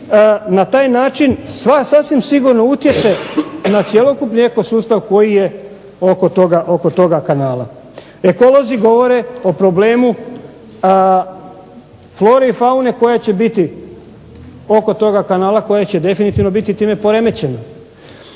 na taj način sasvim sigurno utječe na cjelokupni eko sustav koji je oko toga kanala. Ekolozi govore o problemu flore i faune koja će biti oko toga kanala koja će definitivno biti time poremećeno.